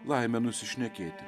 laimę nusišnekėti